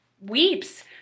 weeps